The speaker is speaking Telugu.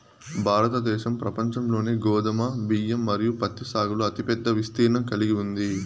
భారతదేశం ప్రపంచంలోనే గోధుమ, బియ్యం మరియు పత్తి సాగులో అతిపెద్ద విస్తీర్ణం కలిగి ఉంది